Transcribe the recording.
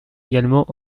également